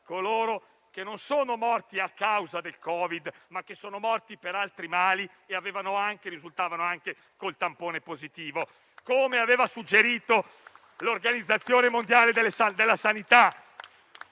coloro che non sono morti a causa del Covid-19, ma che sono morti per altri mali e avevano anche fatto un tampone risultato positivo, come aveva suggerito l'Organizzazione mondiale della sanità.